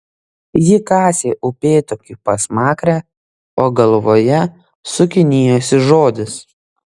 ji kasė upėtakiui pasmakrę o galvoje sukinėjosi žodis